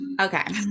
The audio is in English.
Okay